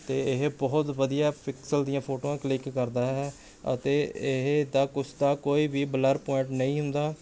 ਅਤੇ ਇਹ ਬਹੁਤ ਵਧੀਆ ਪਿਕਸਲ ਦੀਆਂ ਫੋਟੋਆਂ ਕਲਿੱਕ ਕਰਦਾ ਹੈ ਅਤੇ ਇਹ ਦਾ ਕੋਈ ਵੀ ਬਲਰ ਪੁਆਇੰਟ ਨਹੀਂ ਹੁੰਦਾ